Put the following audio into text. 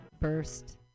First